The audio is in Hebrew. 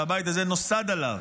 שהבית הזה נוסד עליו,